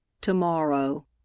Tomorrow